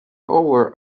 over